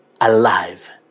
alive